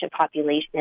population